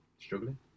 struggling